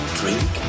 drink